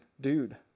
dude